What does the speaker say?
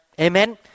Amen